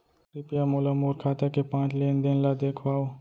कृपया मोला मोर खाता के पाँच लेन देन ला देखवाव